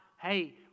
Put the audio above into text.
hey